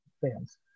fans